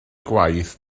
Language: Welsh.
gwaith